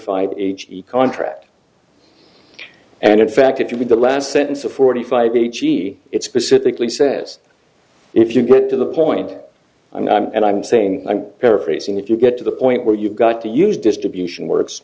five h p contract and in fact if you read the last sentence of forty five beachy it specifically says if you get to the point i'm not and i'm saying i'm paraphrasing if you get to the point where you've got to use distribution works